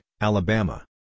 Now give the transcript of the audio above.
Alabama